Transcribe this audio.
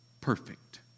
perfect